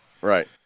right